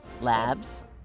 Labs